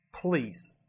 please